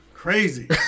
Crazy